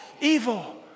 evil